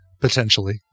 potentially